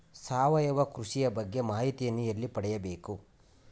ಸಾವಯವ ಕೃಷಿಯ ಬಗ್ಗೆ ಮಾಹಿತಿಯನ್ನು ಎಲ್ಲಿ ಪಡೆಯಬೇಕು?